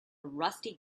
rusty